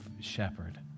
shepherd